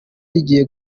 rigiye